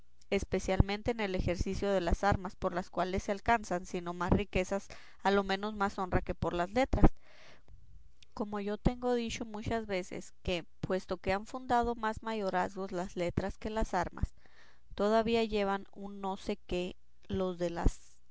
especialmente en el ejercicio de las armas por las cuales se alcanzan si no más riquezas a lo menos más honra que por las letras como yo tengo dicho muchas veces que puesto que han fundado más mayorazgos las letras que las armas todavía llevan un no sé qué los de las